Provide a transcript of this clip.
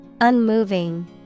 Unmoving